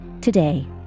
Today